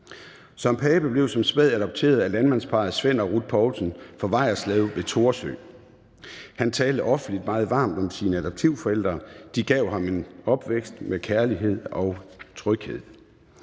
Søren Pape blev som spæd adopteret af landmandsparret Svend og Ruth Poulsen fra Vejerslev ved Thorsø. Han talte offentligt meget varmt om sine adoptivforældre. De gav ham en opvækst med kærlighed og tryghed.